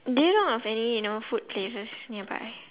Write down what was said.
do you know of any you know food places nearby